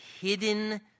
hidden